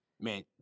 man